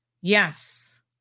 Yes